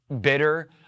bitter